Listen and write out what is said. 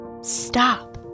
Stop